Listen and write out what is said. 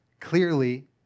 clearly